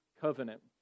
covenant